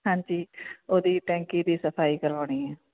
ਹਾਂਜੀ ਉਹਦੀ ਟੈਂਕੀ ਦੀ ਸਫਾਈ ਕਰਵਾਉਣੀ ਹੈ